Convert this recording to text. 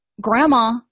grandma